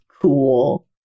cool